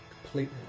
completely